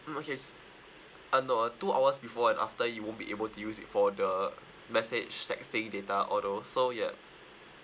mm okay uh no uh two hours before and after you won't be able to use it for the message texting data all those so yup